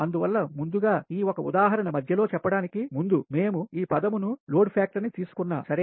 అందువల్ల ముందుగా ఈ ఒక ఉదాహరణ మధ్యలో చెప్పడానికి ముందు మేము ఈ పదమును లోడ్ ఫ్యాక్టర్ ని తీసుకొన్నా సరే